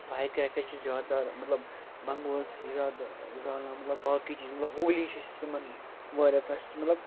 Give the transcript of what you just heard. fire crackers چھِ زیادٕ تر مطلب بنگول چھِ زیادٕ زالان مطلب باقٕے چیٖز مطلب ہولی چھِ یُس یِمن وارِیاہ فیسٹٕول مطلب